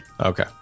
okay